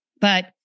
but-